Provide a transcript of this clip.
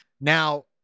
Now